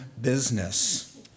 business